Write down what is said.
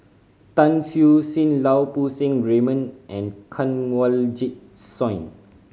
Tan Siew Sin Lau Poo Seng Raymond and Kanwaljit Soin